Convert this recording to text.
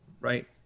right